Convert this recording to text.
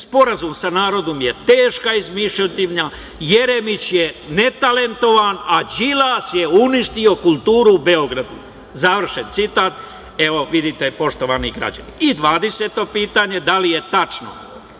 sporazum sa narodom je teška izmišljotina, Jeremić je netalentovan, a Đilas je uništio kulturu u Beogradu, završen citat. Evo, vidite, poštovani građani. Dvadeseto pitanje, da li je tačno